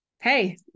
Hey